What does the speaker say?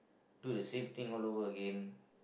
do the same thing all over again